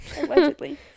allegedly